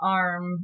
arm